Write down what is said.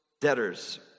debtors